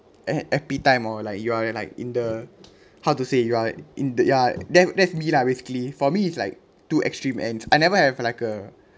e~ epic time or like you are like in the how to say you are in the ya that's that's me lah basically for me it's like two extreme ends I never have like a